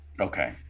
Okay